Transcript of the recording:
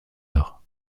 heures